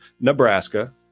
Nebraska